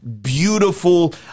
beautiful